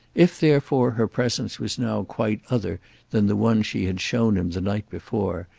if therefore her presence was now quite other than the one she had shown him the night before,